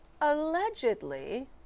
allegedly